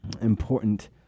important